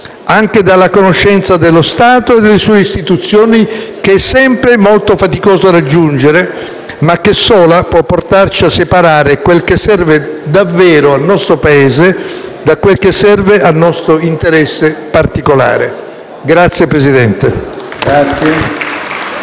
anche dalla conoscenza dello Stato e delle sue istituzioni, che è sempre molto faticoso raggiungere, ma che sola può portarci a separare quel che serve davvero al nostro Paese da quel che serve al nostro interesse particolare. *(Applausi